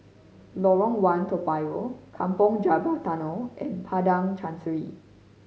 Lorong One Toa Payoh Kampong Java Tunnel and Padang Chancery